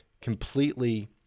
completely